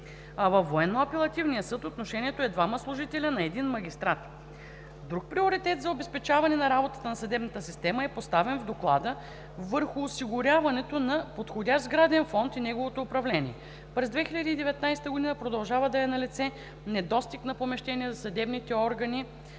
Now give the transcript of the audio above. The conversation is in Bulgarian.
а във Военно-апелативния съд отношението е двама служители на един магистрат. Друг приоритет за обезпечаване на работата на съдебната система е поставен в Доклада върху осигуряването на подходящ сграден фонд и неговото управление. През 2019 г. продължава да е налице недостиг на помещения за съдебните органи